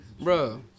bro